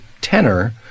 tenor